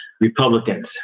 republicans